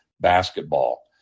basketball